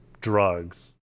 drugs